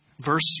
verse